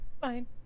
Fine